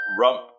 rump